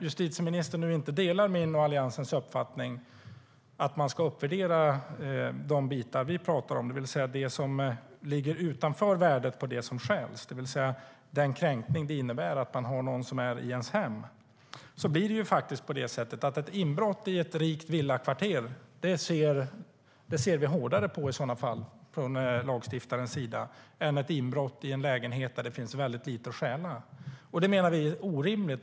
Justitieministern kanske inte delar min och Alliansens uppfattning att man ska uppvärdera de bitar vi talar om - det vill säga det som ligger utanför värdet på det som stjäls, alltså den kränkning det innebär att man har någon som är i ens hem. Då blir det så att vi från lagstiftarens sida ser hårdare på ett inbrott i ett rikt villakvarter än ett inbrott i en lägenhet där det finns väldigt lite att stjäla. Vi menar att detta är orimligt.